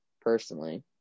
personally